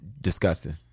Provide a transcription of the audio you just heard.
Disgusting